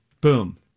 Boom